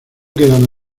quedan